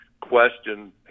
question